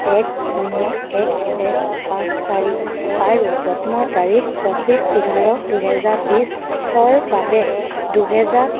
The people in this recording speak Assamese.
এক শূন্য এক এক পাঁচ চাৰি আৰু জন্মৰ তাৰিখ পঁচিছ ইঘাৰ দুহেজাৰ বিছৰ বাবে দুহেজাৰ